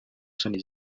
soni